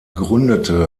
gründete